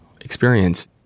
experience